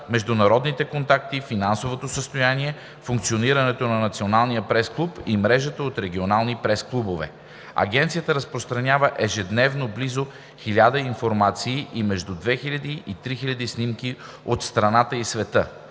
международните контакти, финансовото състояние, функционирането на Националния пресклуб и мрежата от регионални пресклубове. Агенцията разпространява ежедневно близо 1000 информации и между 2000 и 3000 снимки от страната и света.